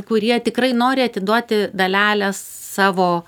kurie tikrai nori atiduoti dalelę savo